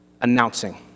announcing